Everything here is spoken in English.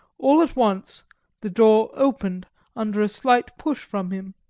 all at once the door opened under a slight push from him,